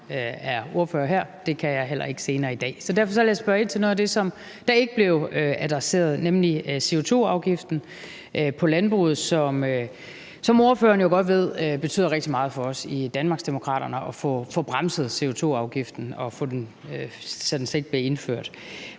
det kan jeg heller ikke her senere i dag. Derfor vil jeg spørge ind til noget af det, som ikke blev adresseret, nemlig CO2-afgiften på landbruget, som ordføreren jo godt ved betyder rigtig meget for os i Danmarksdemokraterne at få bremset, så den ikke bliver indført.